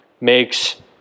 makes